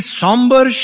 somber